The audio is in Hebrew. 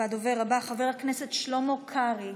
הדובר הבא, חבר הכנסת שלמה קרעי.